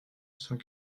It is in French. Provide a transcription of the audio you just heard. cent